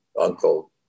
uncle